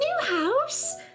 Newhouse